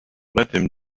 baptême